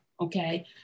Okay